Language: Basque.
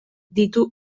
ditu